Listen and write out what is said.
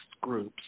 groups